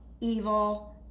evil